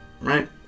right